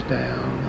down